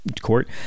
Court